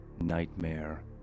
nightmare